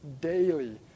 daily